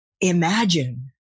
imagine